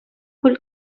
kull